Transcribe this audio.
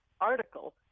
article